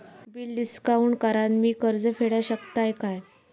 Bill discount करान मी कर्ज फेडा शकताय काय?